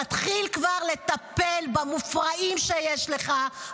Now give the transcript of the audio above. תתחיל כבר לטפל במופרעים שיש לך,